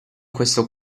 questo